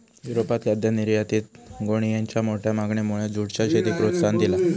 युरोपात खाद्य निर्यातीत गोणीयेंच्या मोठ्या मागणीमुळे जूटच्या शेतीक प्रोत्साहन दिला